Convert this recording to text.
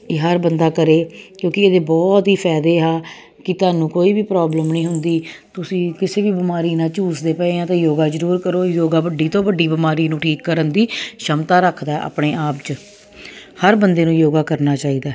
ਇਹ ਹਰ ਬੰਦਾ ਕਰੇ ਕਿਉਂਕਿ ਇਹਦੇ ਬਹੁਤ ਹੀ ਫਾਇਦੇ ਆ ਕਿ ਤੁਹਾਨੂੰ ਕੋਈ ਵੀ ਪ੍ਰੋਬਲਮ ਨਹੀਂ ਹੁੰਦੀ ਤੁਸੀਂ ਕਿਸੇ ਵੀ ਬਿਮਾਰੀ ਨਾਲ ਜੂਝਦੇ ਪਏ ਆ ਤਾਂ ਯੋਗਾ ਜ਼ਰੂਰ ਕਰੋ ਯੋਗਾ ਵੱਡੀ ਤੋਂ ਵੱਡੀ ਬਿਮਾਰੀ ਨੂੰ ਠੀਕ ਕਰਨ ਦੀ ਸ਼ਮਤਾ ਰੱਖਦਾ ਆਪਣੇ ਆਪ 'ਚ ਹਰ ਬੰਦੇ ਨੂੰ ਯੋਗਾ ਕਰਨਾ ਚਾਹੀਦਾ